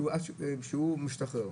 בו הוא השתחרר.